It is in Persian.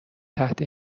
تحت